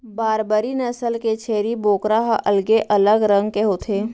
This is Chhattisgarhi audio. बारबरी नसल के छेरी बोकरा ह अलगे अलग रंग के होथे